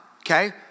okay